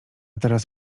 teraz